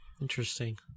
Interesting